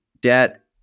debt